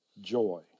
joy